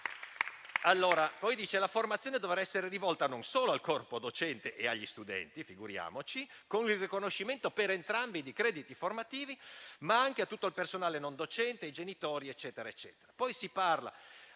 inoltre, che la formazione dovrà essere rivolta non solo al corpo docente e agli studenti - figuriamoci - con il riconoscimento per entrambi di crediti formativi, ma anche a tutto il personale non docente e ai genitori. Si parla